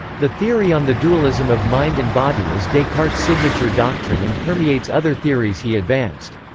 the theory on the dualism of mind and body is descartes' signature doctrine and permeates other theories he advanced.